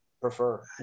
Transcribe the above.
prefer